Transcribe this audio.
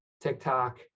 TikTok